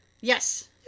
Yes